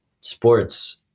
sports